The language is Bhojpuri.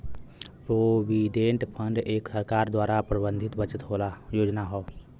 प्रोविडेंट फंड एक सरकार द्वारा प्रबंधित बचत योजना हौ